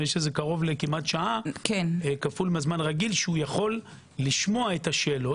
קרוב לשעה כפול מזמן רגיל שיכול לשמוע את השאלות,